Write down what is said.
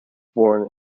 born